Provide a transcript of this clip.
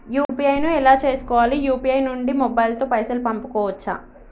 UPI ను ఎలా చేస్కోవాలి యూ.పీ.ఐ నుండి మొబైల్ తో పైసల్ పంపుకోవచ్చా?